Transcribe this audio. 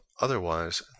otherwise